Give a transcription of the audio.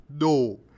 No